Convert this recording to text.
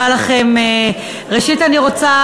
תעלה יושבת-ראש הוועדה הפעילה,